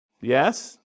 Yes